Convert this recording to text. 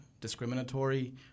discriminatory